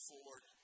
Ford